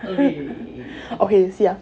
okay see ah